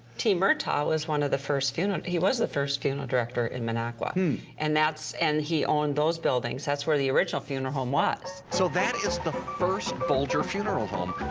t. murtaugh was one of the first funeral, he was the first funeral director in minocqua and that's and he owned those buildings, that's where the original funeral home was. so that is the first bolger funeral home.